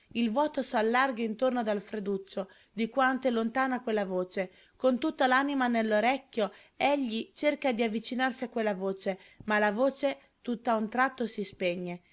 il vuoto s'allarga intorno ad alfreduccio di quanto è lontana quella voce con tutta l'anima nell'orecchio egli cerca d'avvicinarsi a quella voce ma la voce tutt'a un tratto si spegne